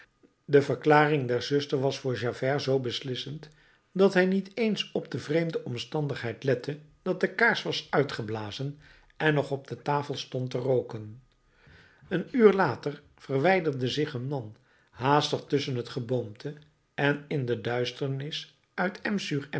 de verklaring der zuster was voor javert zoo beslissend dat hij niet eens op de vreemde omstandigheid lette dat de kaars was uitgeblazen en nog op de tafel stond te rooken een uur later verwijderde zich een man haastig tusschen het geboomte en in de duisternis uit